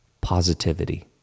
Positivity